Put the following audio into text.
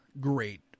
great